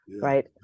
right